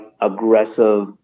aggressive